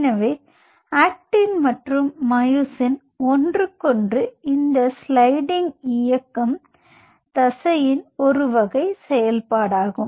எனவே ஆக்டின் மற்றும் மயோசின் ஒன்றுக்கொன்று இந்த ஸ்லைடிங் இயக்கம் தசையின் ஒரு வகைசெயல்பாடாகும்